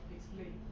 Explain